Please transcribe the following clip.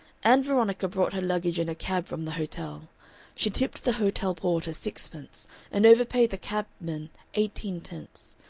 ann veronica brought her luggage in a cab from the hotel she tipped the hotel porter sixpence and overpaid the cabman eighteenpence,